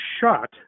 shot